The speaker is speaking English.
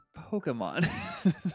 Pokemon